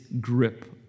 grip